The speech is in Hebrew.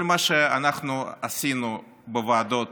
כל מה שאנחנו עשינו בוועדות